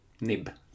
nib